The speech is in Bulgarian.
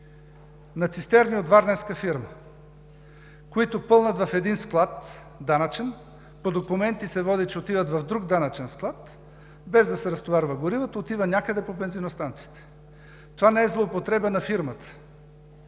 на цистерни от Варненска фирма, които пълнят в един данъчен склад, по документи се води, че отиват в друг данъчен склад, без да се разтоварва горивото отива някъде по бензиностанциите. Това не е злоупотреба на фирмата,